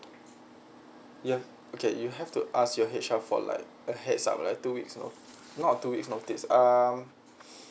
you've okay you have to ask your H_R for like aheads up like two weeks or not two weeks not two weeks um